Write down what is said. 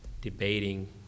debating